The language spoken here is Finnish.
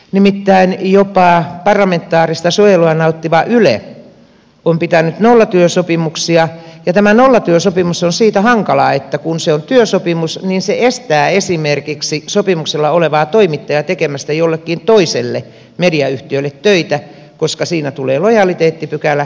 nimittäin jopa parlamentaarista suojelua nauttiva yle on pitänyt nollatyösopimuksia ja tämä nollatyösopimus on siitä hankala että kun se on työsopimus se estää esimerkiksi sopimuksella olevaa toimittajaa tekemästä jollekin toiselle mediayhtiölle töitä koska siinä tulee lojaliteettipykälä ja kilpailupykälä